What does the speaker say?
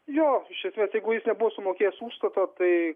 jo iš esmės jeigu jis nebuvo sumokėjęs užstato tai